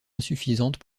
insuffisante